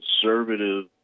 conservative